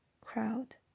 crowd